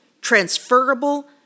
transferable